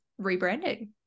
rebranding